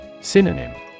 Synonym